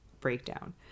breakdown